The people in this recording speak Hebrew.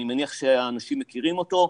אני מניח שהאנשים מכירים אותו,